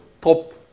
top